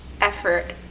effort